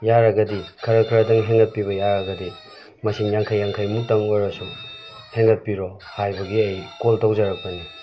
ꯌꯥꯔꯒꯗꯤ ꯈꯔ ꯈꯔꯗꯪ ꯍꯦꯟꯒꯠꯄꯤꯕ ꯌꯥꯔꯒꯗꯤ ꯃꯁꯤꯡ ꯌꯥꯡꯈꯩ ꯌꯥꯡꯈꯩ ꯃꯨꯛꯇꯪ ꯑꯣꯏꯔꯁꯨ ꯍꯦꯟꯒꯠꯄꯤꯔꯣ ꯍꯥꯏꯕꯒꯤ ꯑꯩ ꯀꯣꯜ ꯇꯧꯖꯔꯛꯄꯅꯦ